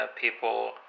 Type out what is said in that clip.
people